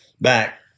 back